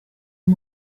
uyu